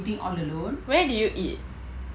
where did you eat